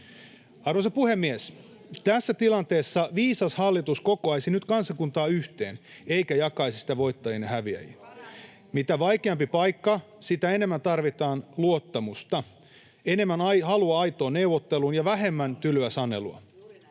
Arvoisa puhemies! Tässä tilanteessa viisas hallitus kokoaisi nyt kansakuntaa yhteen eikä jakaisi sitä voittajiin ja häviäjiin. Mitä vaikeampi paikka, sitä enemmän tarvitaan luottamusta, enemmän halua aitoon neuvotteluun ja vähemmän tylyä sanelua.